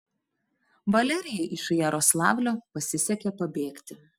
valerijai iš jaroslavlio pasisekė pabėgti